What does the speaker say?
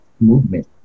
movement